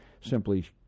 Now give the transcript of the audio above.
simply